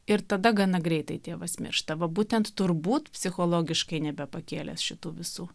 ir tada gana greitai tėvas miršta va būtent turbūt psichologiškai nebepakėlęs šitų visų